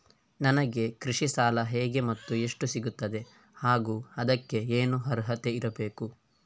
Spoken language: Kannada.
ನನಗೆ ಕೃಷಿ ಸಾಲ ಹೇಗೆ ಮತ್ತು ಎಷ್ಟು ಸಿಗುತ್ತದೆ ಹಾಗೂ ಅದಕ್ಕೆ ಏನು ಅರ್ಹತೆ ಇರಬೇಕು?